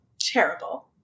Terrible